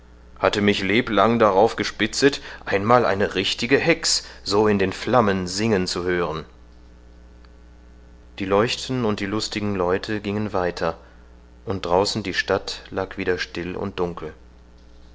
hatte mich leblang darauf gespitzet einmal eine richtige hex so in der flammen singen zu hören die leuchten und die lustigen leute gingen weiter und draußen die stadt lag wieder still und dunkel